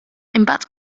imbagħad